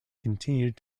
continued